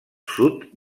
sud